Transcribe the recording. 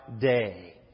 day